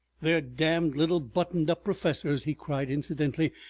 their damned little buttoned-up professors! he cried, incidentally.